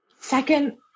Second